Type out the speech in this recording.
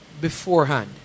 beforehand